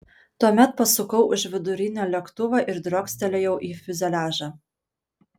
tuomet pasukau už vidurinio lėktuvo ir driokstelėjau į fiuzeliažą